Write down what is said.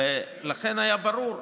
ולכן היה ברור,